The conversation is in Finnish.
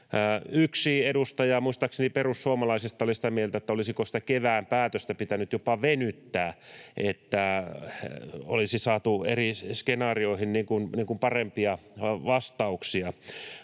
Yksi edustaja, muistaakseni perussuomalaisista, oli sitä mieltä, että olisiko sitä kevään päätöstä pitänyt jopa venyttää, niin että olisi saatu eri skenaarioihin parempia vastauksia.